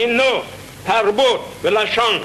חינוך, תרבות ולשון,